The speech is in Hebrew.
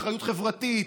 אחריות חברתית,